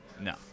No